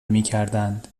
میکردند